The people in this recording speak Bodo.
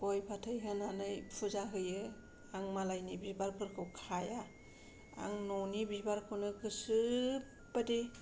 गय फाथै होनानै फुजा होयो आं मालायनि बिबारफोरखौ खाया आं न'नि बिबिरखौनो गोसो बादि